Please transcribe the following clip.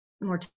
more